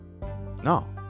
No